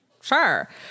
Sure